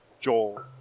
Joel